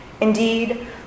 Indeed